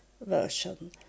version